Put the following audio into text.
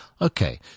Okay